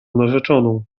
narzeczoną